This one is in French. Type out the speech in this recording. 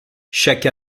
chaque